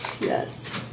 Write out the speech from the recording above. Yes